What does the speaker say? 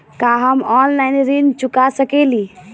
का हम ऑनलाइन ऋण चुका सके ली?